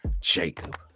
Jacob